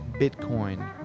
Bitcoin